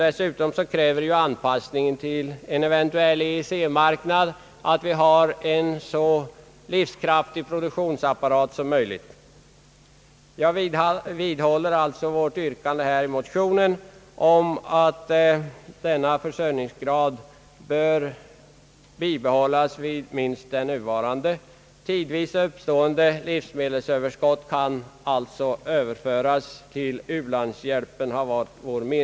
Dessutom kräver anpassningen till en eventuell EEC-marknad att vi har en så livskraftig produktionsapparat som möjligt. Jag vidhåller alltså vårt yrkande i motionen om att självförsörjningsgraden bör bibehållas vid minst nuvarande nivå. Tidvis uppstående livsmedelsöverskott kan enligt vår mening Ööverföras till u-landshjälpen.